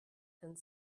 and